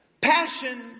Passion